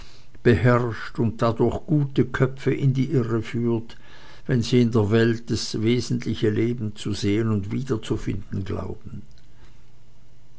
beherrscht und dadurch gute köpfe in die irre führt wenn sie in der welt dies wesentliche leben zu sehen und wiederzufinden glauben